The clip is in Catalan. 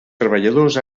treballadors